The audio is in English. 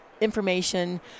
information